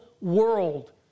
world